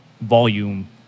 volume